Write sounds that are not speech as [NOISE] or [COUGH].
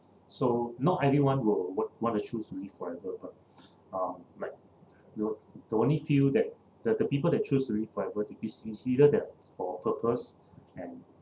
so not everyone will wa~ want to choose to live forever but [BREATH] uh like the the only field that the the people that choose to live forever if it's it's either they've for purpose and